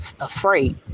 afraid